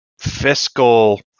fiscal